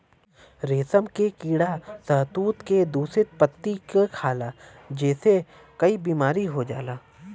रेशम के कीड़ा शहतूत के दूषित पत्ती के खाला जेसे कई बीमारी हो जाला